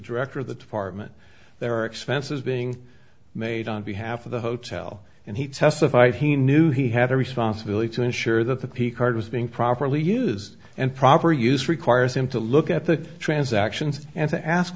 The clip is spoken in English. director of the department there are expenses being made on behalf of the hotel and he testified he knew he had a responsibility to ensure that the p card was being properly used and proper use requires him to look at the transactions and to ask